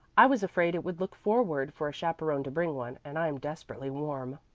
i was afraid it would look forward for a chaperon to bring one, and i'm desperately warm.